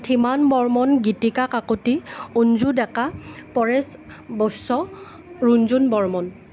Dhiman Barman Geetika Kakati Anju Deka Paresh Baishya Runjun Barman